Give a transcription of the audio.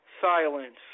silence